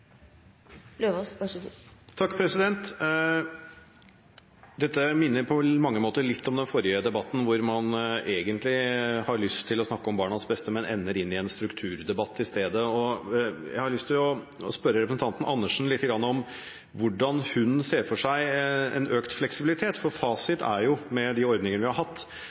Dette minner på mange måter litt om den forrige debatten, hvor man egentlig har lyst til å snakke om barnas beste, men ender inn i en strukturdebatt i stedet. Jeg har lyst til å spørre representanten Andersen litt om hvordan hun ser for seg økt fleksibilitet, for fasiten er jo – med de ordninger vi har hatt